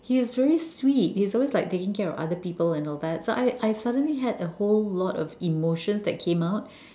he is very sweet he is always like taking care of other people and all that so I I suddenly had a whole lot of emotions that came out